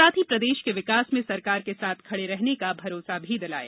साथ ही प्रदेश के विकास में सरकार के साथ खड़े रहने का भरोसा दिलाया